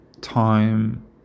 time